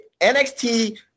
NXT